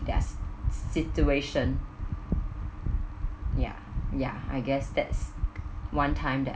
there's situation ya ya I guess that's one time that